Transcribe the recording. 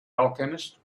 alchemist